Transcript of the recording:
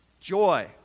Joy